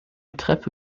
treppe